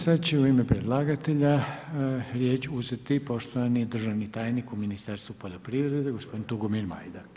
Sad će u ime predlagatelja riječ uzeti poštovani državni tajni u Ministarstvu poljoprivrede, gospodin Tugomir Majdak.